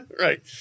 Right